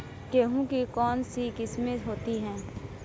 गेहूँ की कौन कौनसी किस्में होती है?